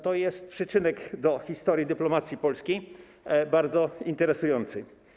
To jest przyczynek do historii dyplomacji polskiej bardzo interesujący.